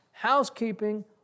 housekeeping